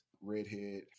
redhead